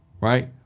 Right